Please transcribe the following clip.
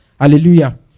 Hallelujah